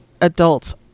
adults